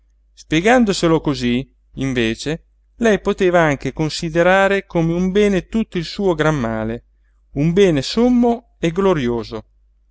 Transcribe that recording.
disperata spiegandoselo cosí invece lei poteva anche considerare come un bene tutto il suo gran male un bene sommo e glorioso